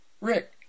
Rick